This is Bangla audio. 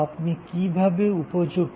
আপনি কিভাবে উপযুক্ত